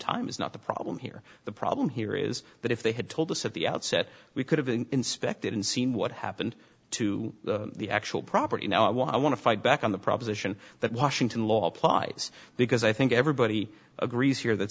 time is not the problem here the problem here is that if they had told us at the outset we could have been inspected and seen what happened to the actual property now i want to fight back on the proposition that washington law applies because i think everybody agrees here that